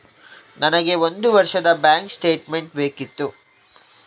ನನಗೆ ಒಂದು ವರ್ಷದ ಬ್ಯಾಂಕ್ ಸ್ಟೇಟ್ಮೆಂಟ್ ಬೇಕಿತ್ತು